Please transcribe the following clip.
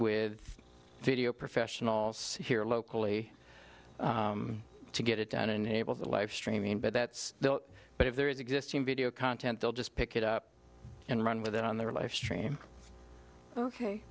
with video professionals here locally to get it done and able to live streaming but that's the but if there is existing video content they'll just pick it up and run with it on their life stream ok